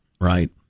Right